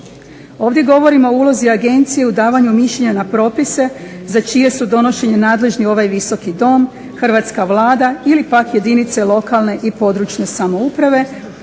Ovdje govorimo o ulozi agencije u davanju mišljenja na propise za čije su donošenje nadležni ovaj Visoki dom, hrvatska Vlada ili pak jedinice lokalne i područne samouprave